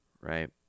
right